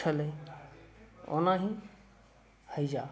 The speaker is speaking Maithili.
छलै ओनाही हैजा